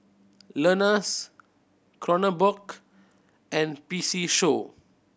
Lenas Kronenbourg and P C Show